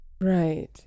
Right